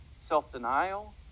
self-denial